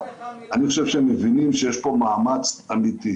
אני חושב שהם מבינים שיש פה מאמץ אמיתי.